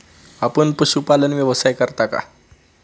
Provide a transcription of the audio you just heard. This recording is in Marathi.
आपण पशुपालन व्यवसाय करता का?